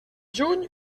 juny